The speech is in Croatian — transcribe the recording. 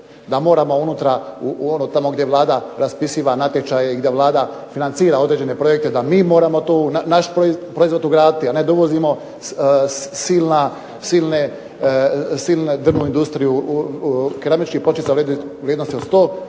da moramo unutra u ono tamo gdje Vlada raspisiva natječaje i gdje Vlada financira određene projekte da mi moramo tu naš proizvod ugraditi, a ne da uvozimo silnu drvnu industriju, keramičkih pločica u vrijednosti od 100